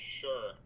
sure